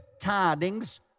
tidings